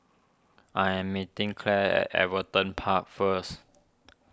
I am meeting Clair at Everton Park first